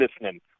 listening